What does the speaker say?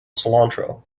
cilantro